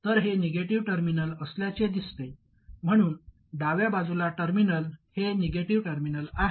तर हे negative terminal असल्याचे दिसते म्हणून डाव्या बाजूला टर्मिनल हे निगेटिव्ह टर्मिनल आहे